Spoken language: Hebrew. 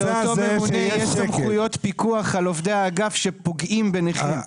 שלאותו ממונה יהיו סמכויות פיקוח על עובדי האגף שפוגעים בנכים.